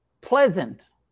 pleasant